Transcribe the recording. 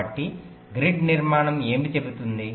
కాబట్టి గ్రిడ్ నిర్మాణం ఏమి చెబుతుంది